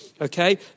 okay